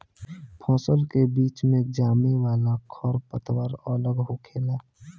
फसल के बीच मे जामे वाला खर पतवार अलग होखेला